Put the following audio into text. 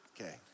Okay